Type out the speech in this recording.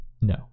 No